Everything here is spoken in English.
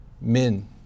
Men